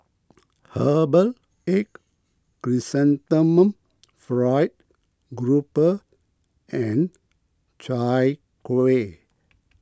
Herbal Egg Chrysanthemum Fried Grouper and Chai Kuih